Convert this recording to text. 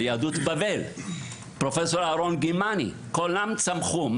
על יהדות בבל; פרופ' אהרון גימני כולם צמחו שם.